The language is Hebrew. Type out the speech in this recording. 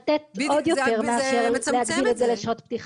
לתת עוד יותר מאשר להגביל את זה לשעות פתיחה.